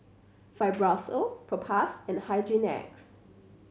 Fibrosol Propass and Hygin X